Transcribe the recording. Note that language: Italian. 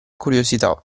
curiosità